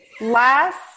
last